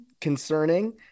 concerning